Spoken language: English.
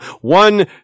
One